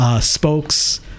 spokes